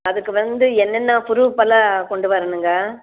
அதுக்கு வந்து என்னென்ன புரூஃபெல்லாம் கொண்டு வரணுங்க